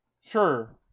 Sure